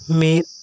ᱢᱤᱫ